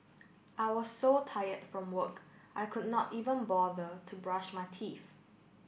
I was so tired from work I could not even bother to brush my teeth